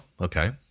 okay